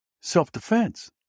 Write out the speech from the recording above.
self-defense